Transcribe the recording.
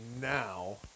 now